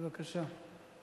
בבקשה.